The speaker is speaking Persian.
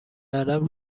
کردم